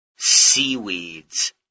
seaweeds